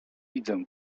widzę